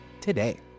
today